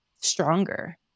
stronger